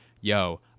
yo